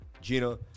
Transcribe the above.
gina